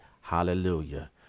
hallelujah